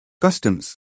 customs